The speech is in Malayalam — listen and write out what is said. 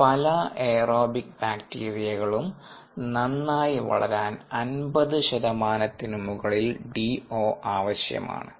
പല എയ്റോബിക് ബാക്ടീരിയകളും നന്നായി വളരാൻ 50 ശതമാനത്തിനു മുകളിൽ DO ആവശ്യമാണ്